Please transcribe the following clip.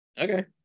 Okay